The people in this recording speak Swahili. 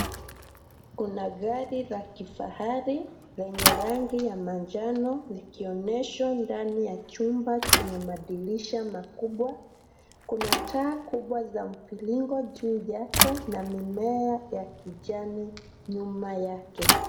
Kuna gari la kifahari lenye rangi ya manjano likionyeshwa ndani ya chumba chenye madirisha makubwa. Kuna taa kubwa za mviringo juu yake na mimea ya kijani nyuma yake.